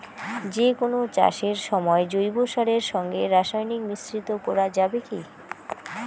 যে কোন চাষের সময় জৈব সারের সঙ্গে রাসায়নিক মিশ্রিত করা যাবে কি?